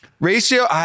ratio